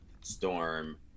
Storm